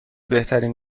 بهترین